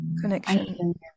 connection